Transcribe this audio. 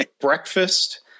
breakfast